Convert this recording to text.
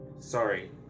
Sorry